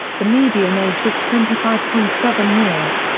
the median age was twenty five point seven years.